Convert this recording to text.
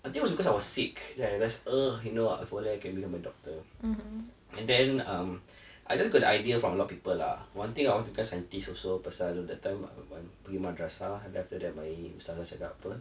I think it was because I was sick then I realise ugh you know what if only I can become a doctor and then um I just got the idea from a lot people lah one thing I wanted to become scientist also pasal that time pergi madrasah then after that my ustazah cakap apa